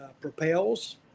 propels